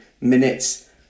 minutes